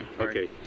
okay